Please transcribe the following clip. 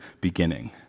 beginning